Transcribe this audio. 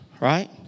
right